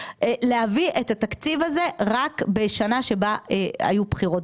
להביא את התקציב הזה רק בשנה שבה היו בחירות.